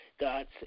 God's